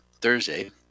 Thursday